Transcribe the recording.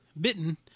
Bitten